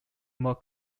more